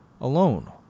alone